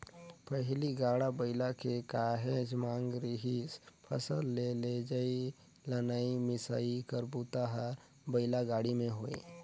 पहिली गाड़ा बइला के काहेच मांग रिहिस फसल के लेजइ, लनइ, मिसई कर बूता हर बइला गाड़ी में होये